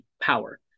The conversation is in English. power